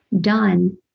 Done